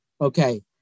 okay